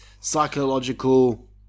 psychological